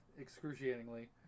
excruciatingly